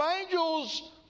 angels